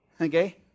Okay